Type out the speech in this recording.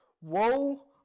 Woe